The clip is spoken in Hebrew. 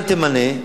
אל תמנה,